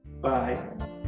Bye